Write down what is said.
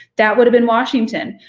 that would have been washington.